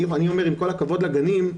עם כל הכבוד לגנים,